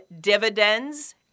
dividends